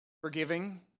Forgiving